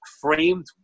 framed